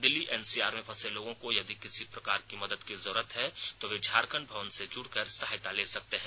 Delhi NCR में फंसे लोगों को यदि किसी प्रकार की मदद की जरूरत है तो वे झारखंड भवन से जुड़कर सहायता ले सकते हैं